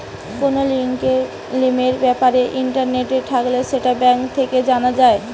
কোন স্কিমের ব্যাপারে ইন্টারেস্ট থাকলে সেটা ব্যাঙ্ক থেকে জানা যায়